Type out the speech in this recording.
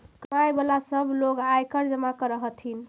कमाय वला सब लोग आयकर जमा कर हथिन